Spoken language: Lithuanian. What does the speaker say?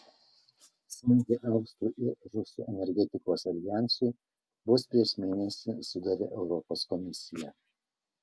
smūgį austrų ir rusų energetikos aljansui vos prieš mėnesį sudavė europos komisija